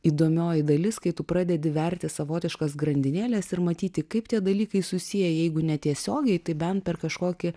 įdomioji dalis kai tu pradedi verti savotiškas grandinėles ir matyti kaip tie dalykai susiję jeigu ne tiesiogiai tai bent per kažkokį